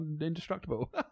indestructible